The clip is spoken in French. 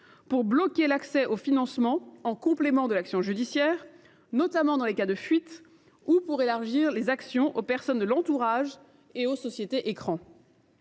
pour bloquer l’accès aux financements en complément de l’action judiciaire, dans les cas de fuite ou pour élargir les actions aux personnes de l’entourage et aux sociétés écrans.